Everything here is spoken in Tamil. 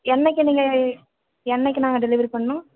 என்றைக்கி நீங்கள் ஏ என்றைக்கி நாங்கள் டெலிவெரி பண்ணணும்